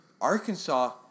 Arkansas